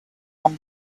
and